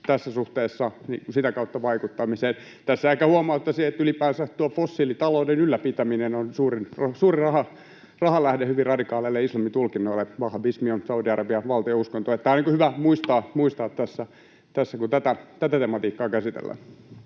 tässä suhteessa sitä kautta vaikuttamiseen. Tässä ehkä huomauttaisin, että ylipäänsä tuo fossiilitalouden ylläpitäminen on suuri rahalähde hyvin radikaaleille islamin tulkinnoille. Wahhabismi on Saudi-Arabian valtion uskonto, ja tämä on hyvä muistaa tässä, kun tätä tematiikkaa käsitellään.